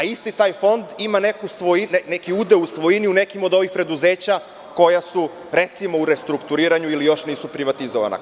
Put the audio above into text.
Isti taj fond ima neki udeo u svojini u nekim od ovih preduzeća koja su, recimo, u restrukturiranju ili još nisu privatizovana.